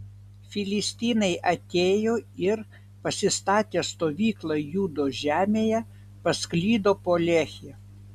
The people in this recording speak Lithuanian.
filistinai atėjo ir pasistatę stovyklą judo žemėje pasklido po lehį